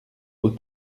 aux